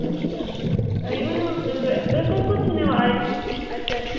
اچھا یہِ ؤنِیو حظ مےٚ تُہۍ تُہۍ کوٚت کوٚت چھُو نِوان اَتہِ اَتہِ پٮ۪ٹھ